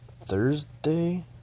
Thursday